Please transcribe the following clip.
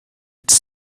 its